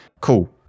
cool